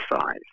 size